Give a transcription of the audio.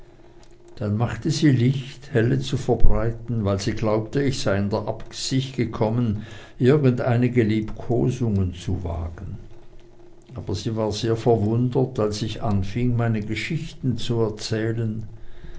dann machte sie licht helle zu verbreiten weil sie glaubte ich sei in der absicht gekommen irgend einige liebkosungen zu wagen aber sie war sehr verwundert als ich anfing meine geschichten zu erzählen